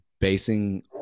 basing